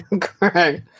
Correct